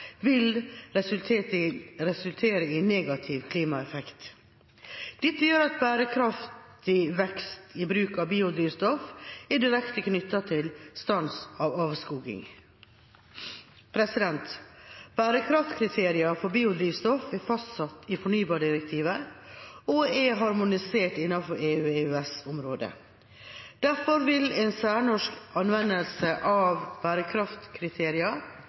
vil resultere i negativ klimaeffekt. Dette gjør at bærekraftig vekst i bruk av biodrivstoff er direkte knyttet til stans i avskoging. Bærekraftskriteriene for biodrivstoff er fastsatt i fornybardirektivet og er harmonisert innenfor EU/EØS-området. Derfor vil en særnorsk anvendelse av